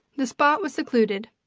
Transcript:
the spot was secluded.